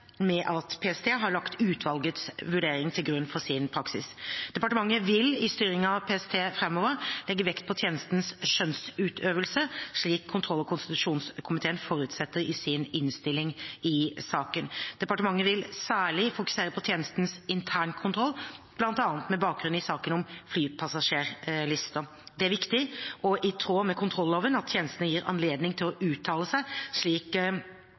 med at PST har lagt utvalgets vurdering til grunn for sin praksis. Departementet vil i styringen av PST framover legge vekt på tjenestens skjønnsutøvelse, slik kontroll- og konstitusjonskomiteen forutsetter i sin innstilling i saken. Departementet vil særlig fokusere på tjenestens internkontroll, bl.a. med bakgrunn i saken om flypassasjerlister. Det er viktig og i tråd med kontrolloven at tjenestene gis anledning til å uttale seg til utvalget om spørsmål som kan ende med kritikk. Slik